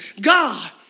God